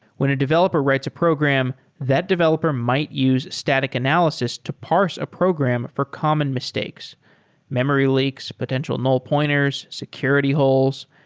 when a developer writes a program that developer might use static analysis to parse a program for common mistakes memory leaks, potential null pointers, security holes.